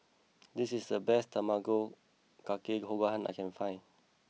this is the best Tamago kake gohan that I can find